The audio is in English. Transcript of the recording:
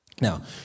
Now